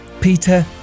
peter